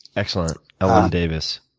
excellent, ellen davis.